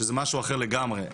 שזה משהו אחר לגמרי.